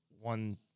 one